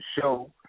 Show